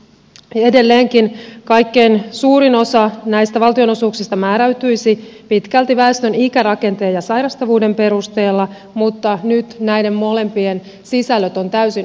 edelleenkin kaikkein suurin osa valtionosuuksista määräytyisi pitkälti väestön ikärakenteen ja sairastavuuden perusteella mutta nyt näiden molempien sisällöt on täysin uudistettu